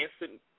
Incident